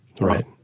Right